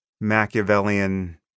Machiavellian